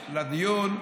לדיון,